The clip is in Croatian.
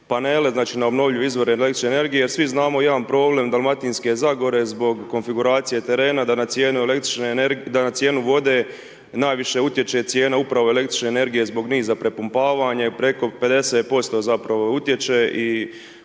znači na obnovljive izvore električni energije jer svi znamo jedan problem Dalmatinske zagore zbog konfiguracije terena da na cijenu električne energije, da na cijenu vode najviše utječe i cijena upravo električne energije zbog niza prepumpavanja i preko 50% zapravo utječe.